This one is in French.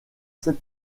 sept